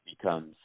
becomes